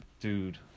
Dude